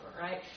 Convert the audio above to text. right